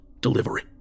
delivery